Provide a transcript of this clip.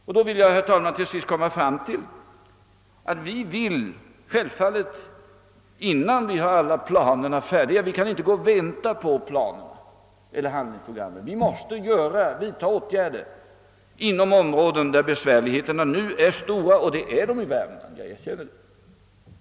Jag vill, herr talman, till sist komma fram till att vi självfallet inte kan vänta tills alla planer eller handlingspro gram är färdiga, utan vi måste vidta åt gärder inom de områden där besvärligheterna nu är stora, och det är de i Värmland, jag erkänner det.